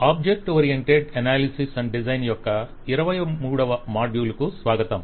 object oriented analysis మరియు design యొక్క 23వ మాడ్యూల్ కు స్వాగతం